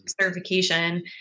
certification